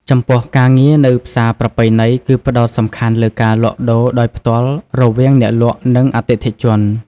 ចំពោះការងារនៅផ្សារប្រពៃណីគឺផ្តោតសំខាន់លើការលក់ដូរដោយផ្ទាល់រវាងអ្នកលក់ និងអតិថិជន។